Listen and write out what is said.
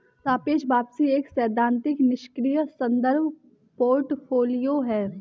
सापेक्ष वापसी एक सैद्धांतिक निष्क्रिय संदर्भ पोर्टफोलियो है